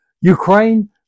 Ukraine